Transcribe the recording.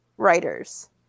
writers